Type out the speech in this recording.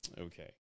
Okay